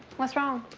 what's wrong?